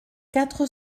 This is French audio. quatre